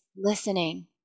listening